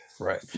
Right